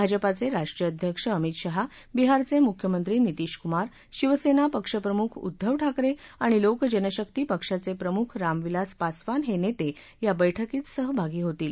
भाजपाचे राष्ट्रीय अध्यक्ष अमित शहा बिहारचे मुख्यमंत्री नितीश कुमार शिवसेना पक्ष प्रमुख उद्धव ठाकरे आणि लोक जनशक्ती पक्षाचे प्रमुख रामविलास पासवान हे नेते या बैठकीत सहभागी होतील